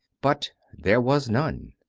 but there was none.